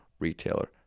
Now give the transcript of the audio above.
retailer